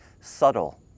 subtle